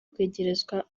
kwegerezwa